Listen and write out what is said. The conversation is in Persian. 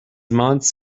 مانتس